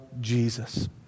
Jesus